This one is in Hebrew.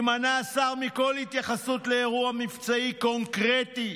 יימנע השר מכל התייחסות לאירוע מבצעי קונקרטי,